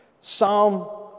Psalm